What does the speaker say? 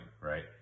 right